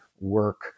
work